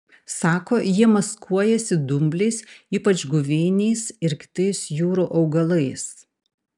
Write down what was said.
sako jie maskuojasi dumbliais ypač guveiniais ir kitais jūrų augalais